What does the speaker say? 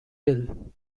will